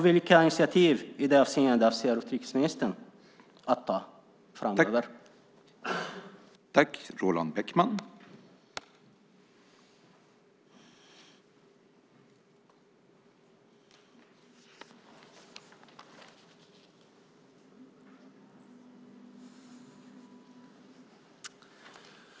Vilka initiativ gällande detta avser utrikesministern att ta framöver?